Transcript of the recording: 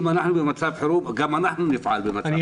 אם אנחנו במצב חירום, גם אנחנו נפעל במצב חירום.